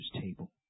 table